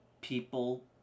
people